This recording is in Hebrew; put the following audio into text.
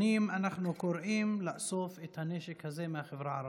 שנים אנחנו קוראים לאסוף את הנשק הזה מהחברה הערבית.